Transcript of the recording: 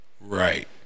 Right